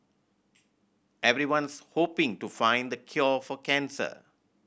everyone's hoping to find the cure for cancer